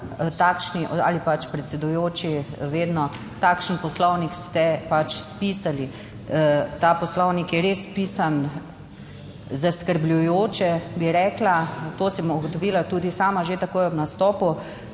takšni ali pač predsedujoči, vedno takšen poslovnik ste pač spisali. Ta poslovnik je res spisan zaskrbljujoče, bi rekla. To sem ugotovila tudi sama že takoj ob nastopu.